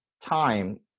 time